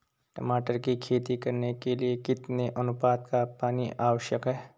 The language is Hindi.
टमाटर की खेती करने के लिए कितने अनुपात का पानी आवश्यक है?